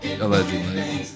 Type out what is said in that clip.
Allegedly